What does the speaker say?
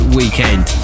weekend